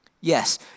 Yes